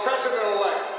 president-elect